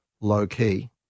low-key